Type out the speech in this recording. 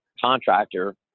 contractor